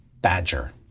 badger